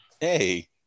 Hey